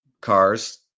cars